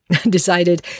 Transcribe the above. decided